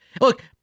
look